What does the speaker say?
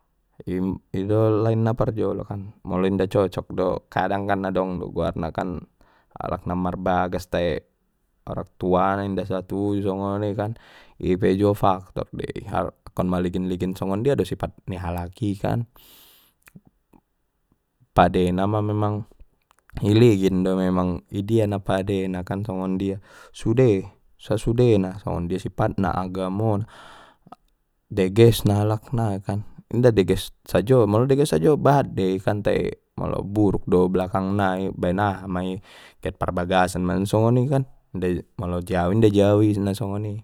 Ido lain na parjolo kan molo inda cocok do kadang kan adong do goarna kan alak na marbagas te orang tua na inda satuju songoni kan ipe juo faktor dei akkon maligin-ligin songon dia do sifat ni halak i kan, padena memang iligin do memang idia na padena kan songon dia sude sasudena songon dia sifatna agamo na deges na alak nai kan inda deges sajo molo deges sajo bahat dei kan tai molo buruk do belakang nai baen aha mai get parbagason ma songoni kan inda jau molo jau inda jau i nasongoni.